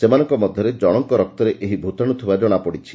ସେମାନଙ୍କ ମଧ୍ଘରେ ଜଶଙ୍କ ରକ୍ତରେ ଏହି ଭ୍ରତାଶୁ ଥିବା ଜଣାପଡ଼ିଛି